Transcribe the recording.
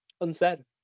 unsaid